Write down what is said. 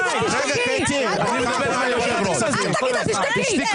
אל תגיד לה תשתקי.